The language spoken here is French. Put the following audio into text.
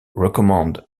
recommande